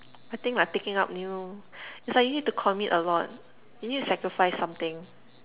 I think like picking up new it's like you need to commit a lot you need to sacrifice something